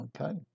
Okay